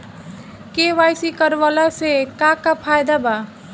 KYC करवला से का का फायदा बा?